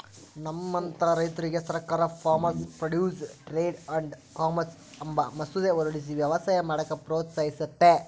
ನಮ್ಮಂತ ರೈತುರ್ಗೆ ಸರ್ಕಾರ farmers produce trade and commerce ಅಂಬ ಮಸೂದೆ ಹೊರಡಿಸಿ ವ್ಯವಸಾಯ ಮಾಡಾಕ ಪ್ರೋತ್ಸಹಿಸ್ತತೆ